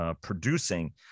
producing